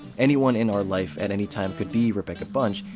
anyone in our life at any time could be rebecca bunch,